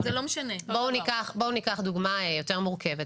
ניקח דוגמה יותר מורכבת.